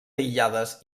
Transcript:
aïllades